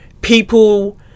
people